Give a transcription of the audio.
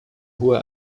hohe